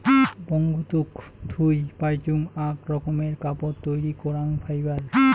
বঙ্গতুক থুই পাইচুঙ আক রকমের কাপড় তৈরী করাং ফাইবার